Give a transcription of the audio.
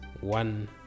one